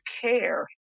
care